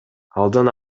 алдын